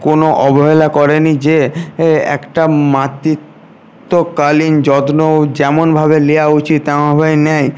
কোনো অবহেলা করেনি যে এ একটা মাতৃত্বকালীন যত্নও যেমনভাবে নেওয়া উচিত তেমনভাবেই নেয়